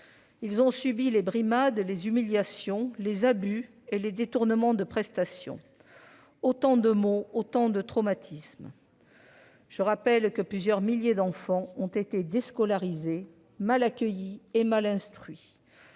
Ils ont subi les brimades, les humiliations, les abus et les détournements de prestations ; autant de maux, autant de traumatismes. Je le rappelle, plusieurs milliers d'enfants ont été déscolarisés, mal accueillis et mal instruits.